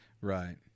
Right